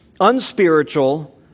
unspiritual